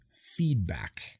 feedback